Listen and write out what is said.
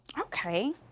Okay